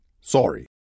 Sorry